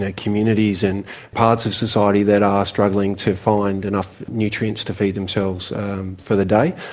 ah communities and parts of society that are struggling to find enough nutrients to feed themselves for the day.